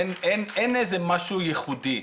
אין איזה משהו ייחודי,